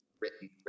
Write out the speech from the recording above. written